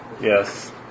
Yes